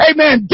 Amen